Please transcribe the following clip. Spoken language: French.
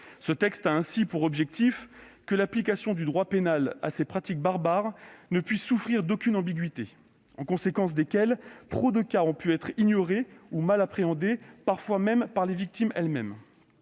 Ce texte a ainsi pour objectif que l'application du droit pénal à ces pratiques barbares ne souffre d'aucune de ces ambiguïtés en conséquence desquelles de trop nombreux cas ont été ignorés ou mal appréhendés, parfois même par les victimes elles-mêmes.